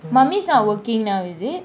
mummy is not working now is it